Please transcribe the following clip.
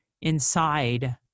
inside